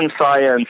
science